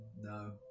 No